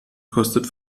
kostet